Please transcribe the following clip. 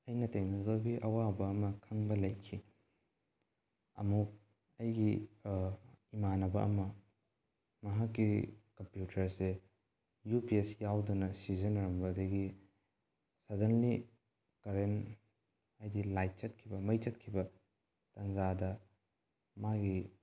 ꯑꯩꯅ ꯇꯦꯛꯅꯣꯂꯣꯖꯤꯒꯤ ꯑꯋꯥꯕ ꯑꯃ ꯈꯪꯕ ꯂꯩꯈꯤ ꯑꯃꯨꯛ ꯑꯩꯒꯤ ꯏꯃꯥꯟꯅꯕ ꯑꯃ ꯃꯍꯥꯛꯀꯤ ꯀꯝꯄ꯭ꯌꯨꯇꯔꯁꯦ ꯌꯨ ꯄꯤ ꯑꯦꯁ ꯌꯥꯎꯗꯅ ꯁꯤꯖꯟꯅꯔꯝꯕꯗꯒꯤ ꯁꯗꯟꯂꯤ ꯀꯔꯦꯟ ꯍꯥꯏꯗꯤ ꯂꯥꯏꯠ ꯆꯠꯈꯤꯕ ꯃꯩ ꯆꯠꯈꯤꯕ ꯇꯟꯖꯥꯗ ꯃꯥꯒꯤ